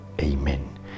amen